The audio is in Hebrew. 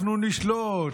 אנחנו נשלוט,